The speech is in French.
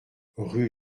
rue